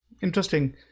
Interesting